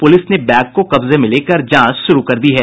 प्रलिस ने बैग को कब्जे में लेकर जांच शुरू कर दी है